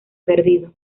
perdido